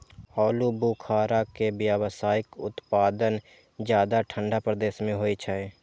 आलू बुखारा के व्यावसायिक उत्पादन ज्यादा ठंढा प्रदेश मे होइ छै